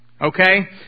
Okay